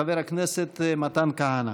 חבר הכנסת מתן כהנא.